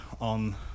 on